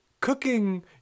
cooking